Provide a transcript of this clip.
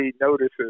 Notices